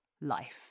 life